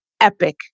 epic